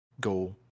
go